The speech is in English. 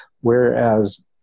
Whereas